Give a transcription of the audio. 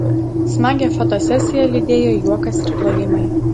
smagią fotosesiją lydėjo juokas ir plojimai